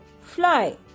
fly